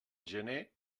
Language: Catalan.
gener